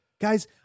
Guys